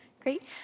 Great